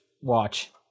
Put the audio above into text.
watch